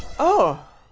oh.